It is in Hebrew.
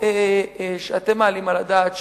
מהסיבות שאתם מעלים על הדעת,